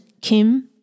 Kim